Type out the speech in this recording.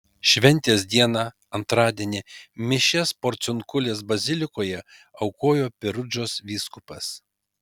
šventės dieną antradienį mišias porciunkulės bazilikoje aukojo perudžos vyskupas